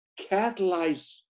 catalyze